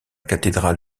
cathédrale